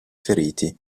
feriti